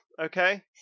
okay